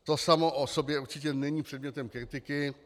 To samo o sobě určitě není předmětem kritiky.